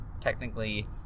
technically